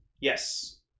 Yes